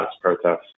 protests